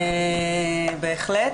בהחלט.